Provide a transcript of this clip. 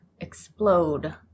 explode